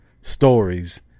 stories